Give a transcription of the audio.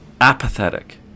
apathetic